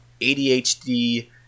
adhd